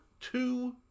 two